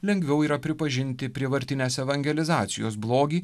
lengviau yra pripažinti prievartinės evangelizacijos blogį